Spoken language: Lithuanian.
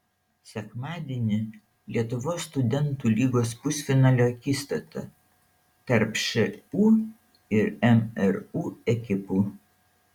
sekmadienį lietuvos studentų lygos pusfinalio akistata tarp šu ir mru ekipų